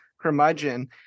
curmudgeon